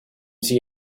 see